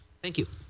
thank you.